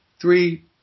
three